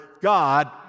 God